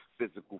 Physical